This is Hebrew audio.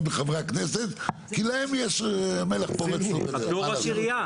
מחברי הכנסת כי להם יש מלך פורץ דרך,